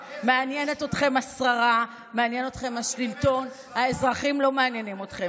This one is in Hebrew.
שאתם הורסים ברגל גסה -- 20% אני נותן --- 20% הרגתם אותנו